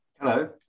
Hello